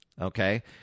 Okay